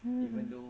mm